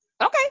Okay